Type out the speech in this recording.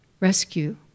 rescue